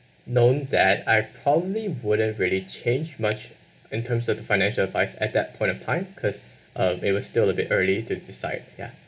known that I probably wouldn't really change much in terms of financial advice at that point of time cause um it was still a little bit early to decide ya